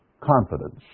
confidence